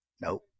Nope